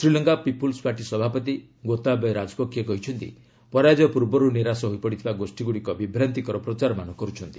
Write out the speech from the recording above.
Sri Lanka people's party ସଭାପତି ଗୋତାବୟ ରାଜପକ୍ଷେ କହିଛନ୍ତି ପରାଜୟ ପୂର୍ବରୁ ନିରାଶ ହୋଇପଡ଼ିଥିବା ଗୋଷ୍ଠୀଗୁଡ଼ିକ ବିଭ୍ରାନ୍ତିକର ପ୍ରଚାରମାନ କରୁଛନ୍ତି